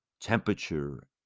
temperature